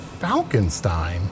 Falconstein